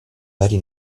vari